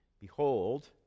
Behold